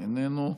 איננו.